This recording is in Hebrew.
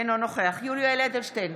אינו נוכח יולי יואל אדלשטיין,